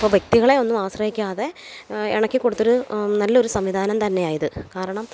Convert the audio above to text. ഇപ്പം വ്യക്തികളെ ഒന്നും ആശ്രയിക്കാതെ ഇണക്കി കൊടുത്തൊരു നല്ലൊരു സംവിധാനം തന്നെയാണ് ഇത് കാരണം